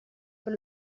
per